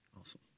Awesome